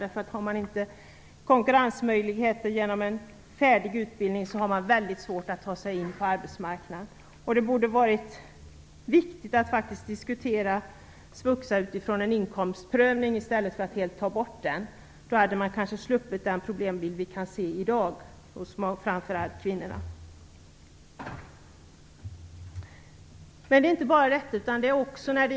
Har man inte konkurrensmöjligheter genom en färdig utbildning har man väldigt svårt att ta sig in på arbetsmarknaden. Det borde ha varit viktigt att diskutera svuxa utifrån inkomstprövning i stället för att helt ta bort det. Då hade vi kanske sluppit de problem som vi kan se i dag och som framför allt drabbar kvinnorna.